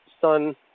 sun